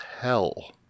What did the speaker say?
hell